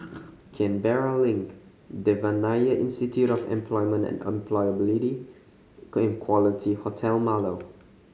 Canberra Link Devan Nair Institute of Employment and Employability and Quality Hotel Marlow